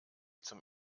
zum